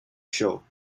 show